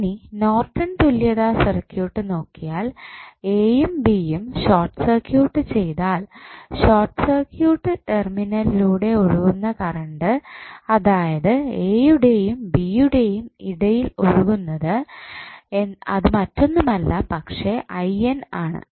ഇനി നോർട്ടൺ തുല്യതാ സർക്യൂട്ട് നോക്കിയാൽ എ യും ബി യും ഷോർട്ട് സർക്യൂട്ട് ചെയ്താൽ ഷോർട്ട് സർക്യൂട്ട് ടെർമിനലിലൂടെ ഒഴുകുന്ന കറണ്ട് അതായത് എ യുടെയും ബി യുടെയും ഇടയിൽ ഒഴുകുന്നത് അത് മറ്റൊന്നുമല്ല പക്ഷേ ആണ്